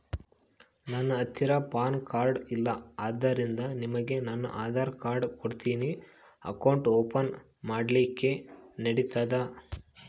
ನನ್ನ ಹತ್ತಿರ PAN card ಇಲ್ಲ ಆದ್ದರಿಂದ ನಿಮಗೆ ನನ್ನ ಆಧಾರ್ ಕಾರ್ಡ್ ಕೊಡ್ತೇನಿ ಅಕೌಂಟ್ ಓಪನ್ ಮಾಡ್ಲಿಕ್ಕೆ ನಡಿತದಾ?